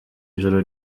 ijoro